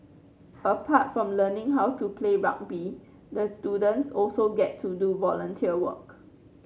apart from learning how to play rugby the students also get to do volunteer work